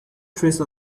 trace